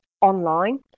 online